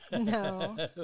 no